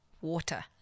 Water